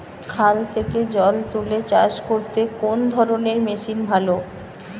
খাল থেকে জল তুলে চাষ করতে কোন ধরনের মেশিন ভালো?